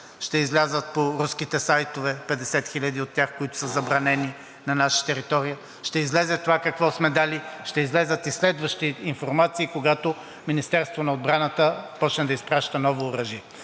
ще излязат по руските сайтове, 50 хиляди от тях, които са забранени на наша територия, ще излезе това какво сме дали, ще излязат и следващи информации, когато Министерството на отбраната почне да изпраща ново оръжие.